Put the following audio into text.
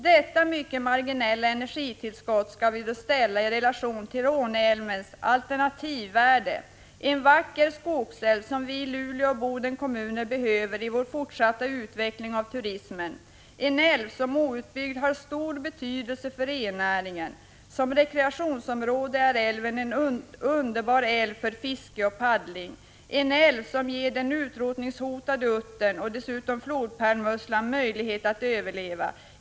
Detta mycket marginella energitillskott skall ställas i relation till Råne älvs alternativvärde: En vacker skogsälv som vi i Luleå och Bodens kommuner behöver för den fortsatta utvecklingen av turismen, en älv som outbyggd har stor betydelse för rennäringen. Som rekreationsområde är älven underbar för fiske och paddling. Det är en älv som ger den utrotningshotade uttern och dessutom flodpärlsmusslan möjligheter att överleva.